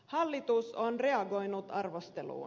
hallitus on reagoinut arvosteluun